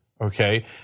okay